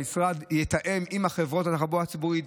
המשרד יתאם עם החברות לתחבורה ציבורית